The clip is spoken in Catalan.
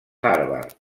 harvard